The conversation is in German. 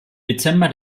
dezember